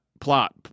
plot